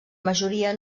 majoria